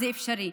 זה אפשרי.